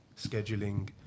scheduling